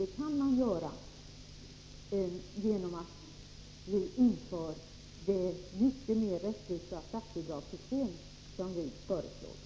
Det kan man göra genom att införa det mycket mer rättvisa statsbidragssystem som vi förordar.